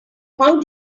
how